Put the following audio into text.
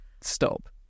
stop